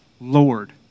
Lord